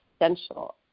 essential